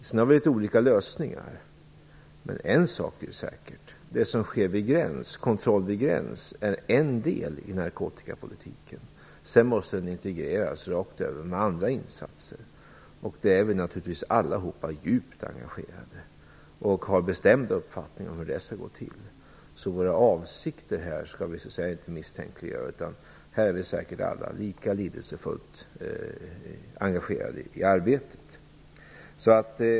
Sedan har vi litet olika lösningar, men en sak är säker: Den kontroll som sker vid gräns är en del i narkotikapolitiken, och den måste integreras rakt över med andra insatser. Där är vi naturligtvis allihop djupt engagerade och har bestämd uppfattning om hur det skall gå till. Så våra avsikter skall inte misstänkliggöras, utan här är vi säkert alla lika lidelsefullt engagerade i arbetet.